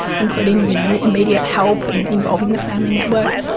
including you know immediate help and involving the family network,